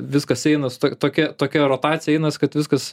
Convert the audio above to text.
viskas eina su to tokia tokia rotacija einas kad viskas